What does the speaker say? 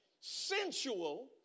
sensual